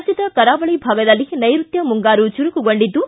ರಾಜ್ಯದ ಕರಾವಳಿ ಭಾಗದಲ್ಲಿ ನೈರುತ್ತ ಮುಂಗಾರು ಚುರುಕುಗೊಂಡಿದ್ದು